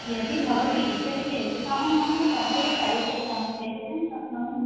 यदि भवती इच्छति चेत् अहं मम सहायककार्यकर्तारं प्रेषयितुं शक्नोमि